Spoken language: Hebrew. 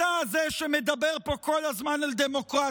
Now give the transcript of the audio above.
אתה זה שמדבר פה כל הזמן על דמוקרטיה,